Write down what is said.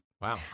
Wow